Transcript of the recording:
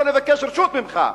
לא נבקש רשות ממך.